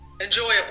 enjoyable